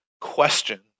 question